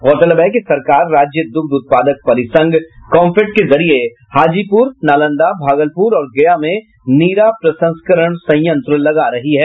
गौरतलब है कि सरकार राज्य द्रग्ध उत्पादक परिसंघ कम्फेड के जरिये हाजीपुर नालंदा भागलपुर और गया में नीरा प्रसंस्करण संयंत्र लगा रही है